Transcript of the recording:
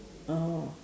oh